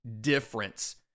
difference